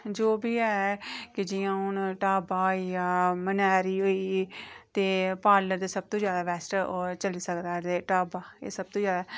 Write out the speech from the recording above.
ते जो बी ऐ कि जि'यां हून ढाबा होई गेआ मनेआरी होई गेई ते पार्लर दी सबतूं जैदा बैस्ट चली सकदा ते ढाबा एह् सबतूं जैदा